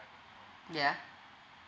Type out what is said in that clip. yeah